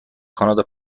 کانادا